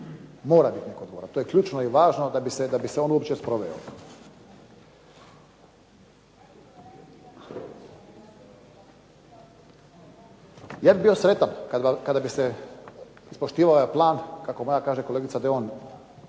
Mora biti odgovoran. To je ključno i važno da bi se on uopće sproveo. Ja bi bio sretan kada bi se ispoštivao ovaj plan, kako moja kolegica kaže da je on